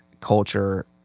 culture